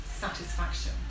satisfaction